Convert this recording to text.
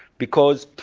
because